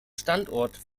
standort